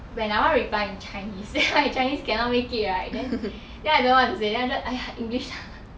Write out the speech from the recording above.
when I want to reply in chinese then my chinese cannot make it right then then I don't know what to say then I just !aiya! english